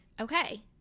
okay